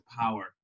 power